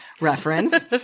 reference